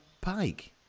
Pike